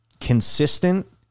consistent